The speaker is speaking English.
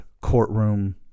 courtroom